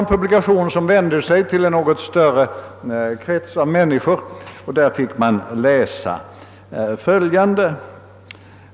Denna publikation vände sig till en större krets av människor, och där fick man läsa följande.